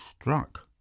struck